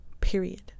Period